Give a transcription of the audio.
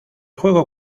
juego